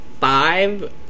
five